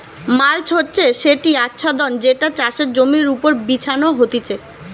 mulch হচ্ছে সেটি আচ্ছাদন যেটা চাষের জমির ওপর বিছানো হতিছে